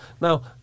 Now